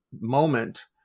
moment